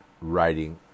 writing